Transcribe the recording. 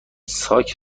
ساک